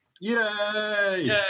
Yay